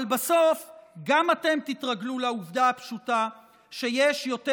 אבל בסוף גם אתם תתרגלו לעובדה הפשוטה שיש יותר